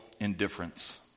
indifference